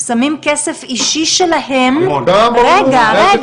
שמים כסף אישי שלהם, ועוד